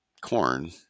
corn